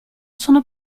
sono